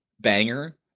Banger